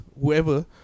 Whoever